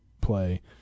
play